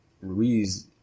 Ruiz